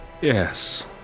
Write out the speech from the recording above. yes